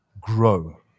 grow